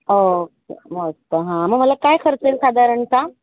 okay मस्त हां मग मला काय खर्च येईल साधरणतः